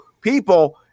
people